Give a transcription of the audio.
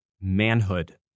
manhood